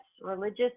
religious